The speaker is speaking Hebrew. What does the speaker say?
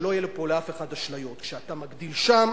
שלא יהיו לאף אחד אשליות: כשאתה מגדיל שם,